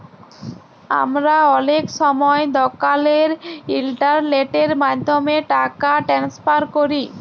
আমরা অলেক সময় দকালের ইলটারলেটের মাধ্যমে টাকা টেনেসফার ক্যরি